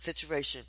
situation